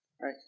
Right